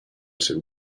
siu